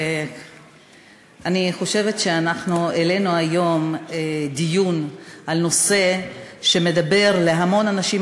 אני חושבת שאנחנו העלינו היום דיון בנושא שמדבר להמון אנשים.